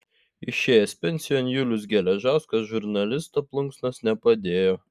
išėjęs pensijon julius geležauskas žurnalisto plunksnos nepadėjo